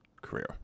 career